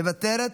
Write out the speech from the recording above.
מוותרת,